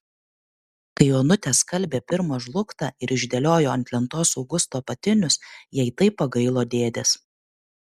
kai onutė skalbė pirmą žlugtą ir išdėliojo ant lentos augusto apatinius jai taip pagailo dėdės